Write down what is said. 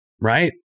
right